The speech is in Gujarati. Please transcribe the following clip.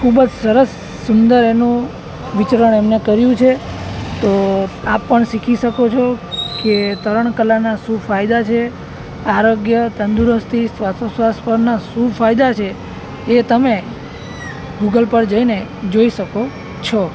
ખૂબ જ સરસ સુંદર એનું વિચરણ એમને કર્યું છે તો આપ પણ શીખી શકો છો કે તરણકલાના શું ફાયદા છે આરોગ્ય તંદુરસ્તી શ્વાસો શ્વાસ પરના શું ફાયદા છે એ તમે ગૂગલ પર જઈને જોઈ શકો છો